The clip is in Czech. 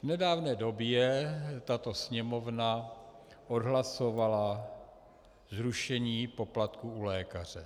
V nedávné době tato Sněmovna odhlasovala zrušení poplatků u lékaře.